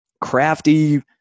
crafty